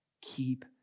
Keep